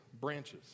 branches